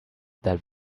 that